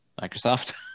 Microsoft